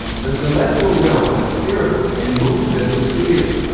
the celestial realm is spherical, and moves as a sphere.